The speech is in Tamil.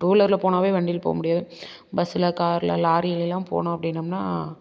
டூவீலரில் போனாவே வண்டில் போக முடியாது பஸ்ஸில் காரில் லாரியில எல்லாம் போனோம் அப்படின்னம்னா